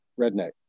redneck